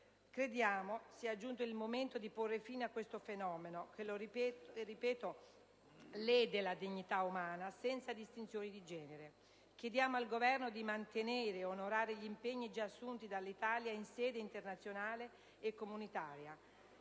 Crediamo sia giunto il momento di porre fine a questo fenomeno, che - lo ripeto - lede la dignità umana, senza distinzioni di genere. Chiediamo al Governo di mantenere ed onorare gli impegni già assunti dall'Italia nelle sedi internazionali e comunitarie.